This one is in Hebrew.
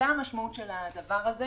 זו המשמעות של זה.